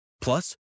Plus